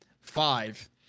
five